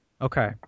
Okay